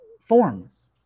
forms